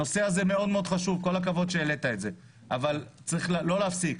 הנושא הזה מאוד-מאוד חשוב וכל הכבוד שהעלית את זה אבל לא להפסיק,